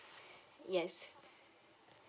yes